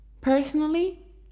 personally